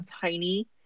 tiny